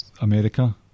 America